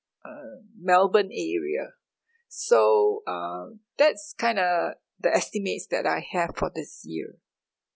uh melbourne area so uh that's kind of the estimates that I have for this year